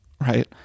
right